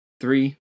Three